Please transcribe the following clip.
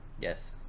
yes